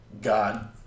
God